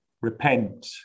Repent